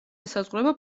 ესაზღვრება